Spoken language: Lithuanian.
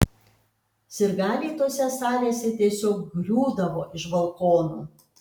sirgaliai tose salėse tiesiog griūdavo iš balkonų